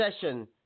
session